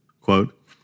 quote